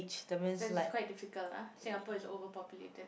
cause it's quite difficult lah Singapore is overpopulated